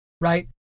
right